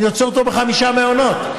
אני עוצר אותו בחמישה מעונות,